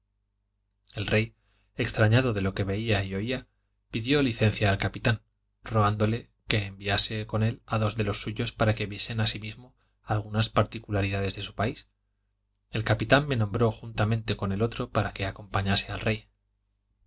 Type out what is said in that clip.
el rey extrañado de lo que veía y oía pidió licencia al capitán rogándole que enviase con él a dos de los suyos para que viesen asimismo algunas particularidades de su país el capitán me nombró juntamente con otro para que acompañase al rey el